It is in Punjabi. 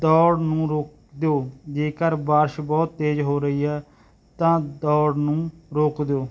ਦੌੜ ਨੂੰ ਰੋਕ ਦਿਓ ਜੇਕਰ ਬਾਰਿਸ਼ ਬਹੁਤ ਤੇਜ਼ ਹੋ ਰਹੀ ਹੈ ਤਾਂ ਦੌੜ ਨੂੰ ਰੋਕ ਦਿਓ